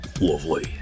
lovely